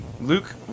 Luke